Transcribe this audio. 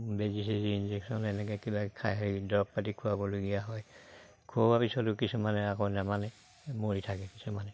বেজি চেজি ইঞ্জেকশ্যন এনেকে কিবা দৰৱ পাতি খুৱাবলগীয়া হয় খুওৱাৰ পিছতো কিছুমানে আকৌ নেমানে মৰি থাকে কিছুমানে